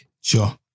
Sure